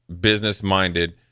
business-minded